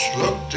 look